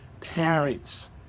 parents